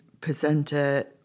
presenter